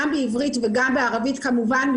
גם בעברית וגם בערבית כמובן,